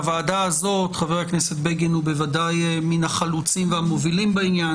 חבר הכנסת בגין הוא בוודאי מן החלוצים והמובילים בעניין,